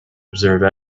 observe